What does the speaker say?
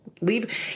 leave